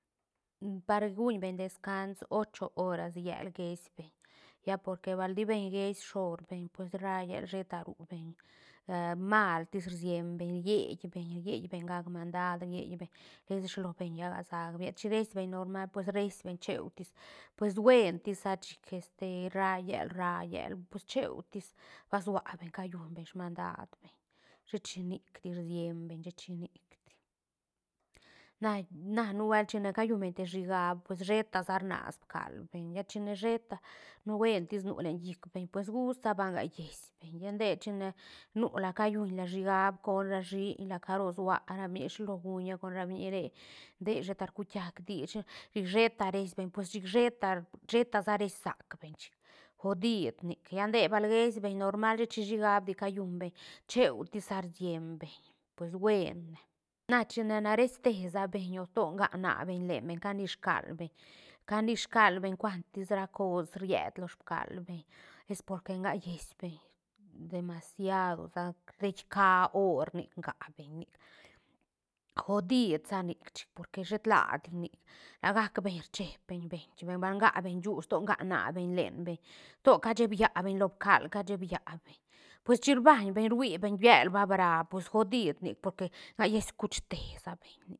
par guñ beñ descans ocho horas yél gees beñ lla porque bal di beñ geeís shor beñ pues ra yél sheta ru beñ mal tis rcien beñ rieí beñ rieí beñ gac mandad rieí beñ laisa shilo beñ lla gasa beñ llet shin rees beñ normal pues rees beñ cheutis pues buen ti sa chic este ra yél ra yél pues cheu tis ba sua beñ callun beñ shamdad beñ shet shi nic di rsien beñ shet shi nic di nae- na- na nubuelt china callun beñ te shigaäb pues sheta sa rnas pakal beñ lla chine sheta buen tis nu len llic beñ pues gust sa ba ngaíes beñ lla nde china nula callun la shigaäb con ra shiiñ la caro suara biñiga shilo guña con ra biñi re nde sheta rcukiag diich chi- chic sheta reis beñ pues chic sheta- sheta sa reís sac beñ chic godid nic lla nde bal geís beñ normal shetsi shi gaäd di callun beñ cheu tisa rsiem beñ pues buen ne na china reís te sa beñ o to gnac na beñ len beñ canishcal beñ canishcal beñ cuantis ra cos ried lo sbical beñ es porque gnac geeís beñ demasido sac rdca hor nic ngac beñ nic godid sa nic chic porque shetla di nic la gac beñ rchieb beñ beñ china ba- ba ngac beñ shuuch sto gnac nabeñ lenbeñ to casheeb llabeñ lo pcal casheeb llabeñ pues chin rbaiñ beñ rhui beñ yël vabra pues godic nic porque gaíes kuch te sa beñ nic